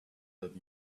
that